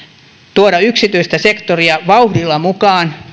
tuoda yksityistä sektoria vauhdilla mukaan